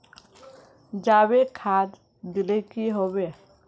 जाबे खाद दिले की होबे?